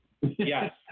Yes